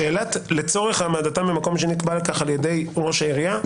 שאלת "לצורך העמדתם במקום שנקבע לכך על ידי ראש העירייה"